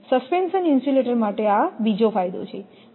suspension insulator માટે આ બીજો ફાયદો છે